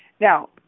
Now